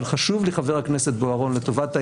אבל חשוב לי, חבר הכנסת בוארון, לטובת העניין,